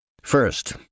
First